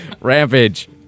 Rampage